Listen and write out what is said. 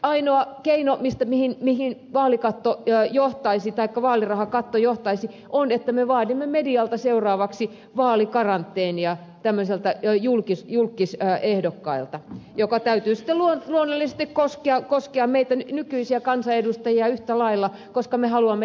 ainoa keino mihin vaalirahakatto johtaisi on että me vaadimme medialta tämmöisille julkkisehdokkaille seuraavaksi vaalikaranteenia jonka täytyy sitten luonnollisesti koskea meitä nykyisiä kansanedustajia yhtä lailla koska me haluamme demokraattiset vaalit